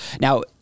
now